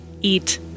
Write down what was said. eat